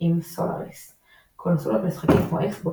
עם סולאריס; קונסולות משחקים כמו Xbox,